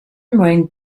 wearing